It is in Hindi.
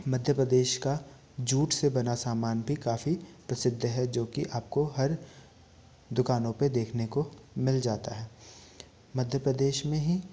मध्य प्रदेश का जूट से बना सामान भी काफ़ी प्रसिद्ध है जोकि आपको हर दुकानों पे देखने को मिल जाता है मध्य प्रदेश में ही